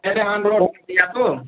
कहे रहे आन रोड होनी या तो